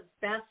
best